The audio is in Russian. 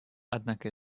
однако